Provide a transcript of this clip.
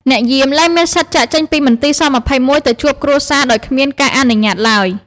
អ្នកយាមលែងមានសិទ្ធិចាកចេញពីមន្ទីរស-២១ ទៅជួបគ្រួសារដោយគ្មានការអនុញ្ញាតឡើយ។